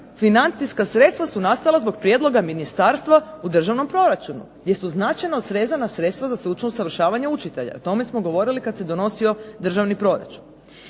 financijska sredstva su nastala zbog prijedloga Ministarstva u državnom proračunu gdje su znatno srezana sredstva za stručno usavršavanje učitelja, o tome smo govorili kada se donosio državni proračun.